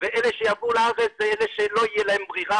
ואלה שיבואו לארץ זה אלה שלא תהיה להם ברירה,